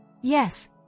yes